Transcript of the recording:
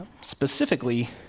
Specifically